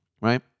right